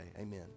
amen